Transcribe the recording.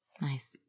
Nice